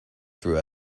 through